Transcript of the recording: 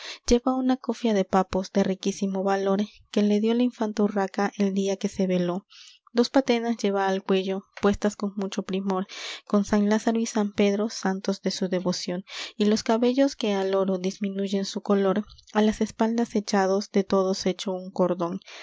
lleva una cofia de papos de riquísimo valor que le dió la infanta urraca el día que se veló dos patenas lleva al cuello puestas con mucho primor con san lázaro y san pedro santos de su devoción y los cabellos que al oro disminuyen su color á las espaldas echados de todos hecho un cordón